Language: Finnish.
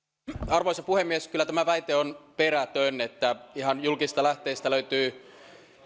arvoisa puhemies kyllä tämä väite on perätön ihan julkisista lähteistä löytyy